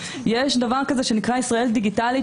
יש דבר כזה שנקרא "ישראל דיגיטלית",